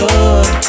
Good